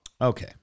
Okay